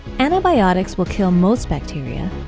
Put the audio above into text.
antibiotics will kill most bacteria,